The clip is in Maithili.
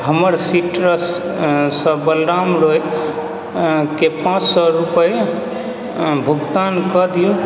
हमर सीट्रससँ बलराम रॉयके पांँच सए रूपैआ भुगतान कऽ दियौ